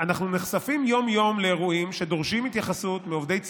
אנחנו נחשפים יום-יום לאירועים שדורשים התייחסות מעובדי ציבור,